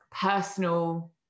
personal